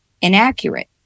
inaccurate